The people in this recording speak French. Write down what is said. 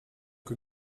que